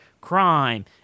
crime